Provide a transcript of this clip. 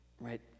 right